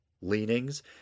leanings